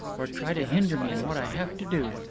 or try to hinder me in what i have to do?